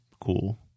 cool